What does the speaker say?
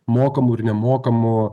mokamų ir nemokamų